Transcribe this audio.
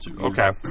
Okay